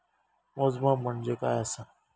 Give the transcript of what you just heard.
मोजमाप म्हणजे काय असा?